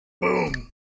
boom